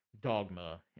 dogma